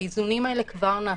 האיזונים האלה כבר נעשו.